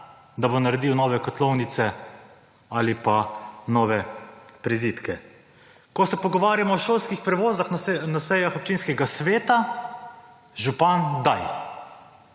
da bo naredil nove kotlovnice ali pa nove prizidke? Ko se pogovarjamo o šolskih prevozih na sejah občinskega sveta, župan daj.